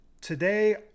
today